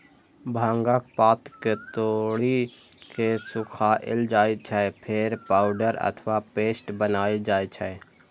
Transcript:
भांगक पात कें तोड़ि के सुखाएल जाइ छै, फेर पाउडर अथवा पेस्ट बनाएल जाइ छै